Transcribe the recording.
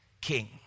king